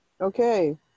Okay